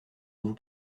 vous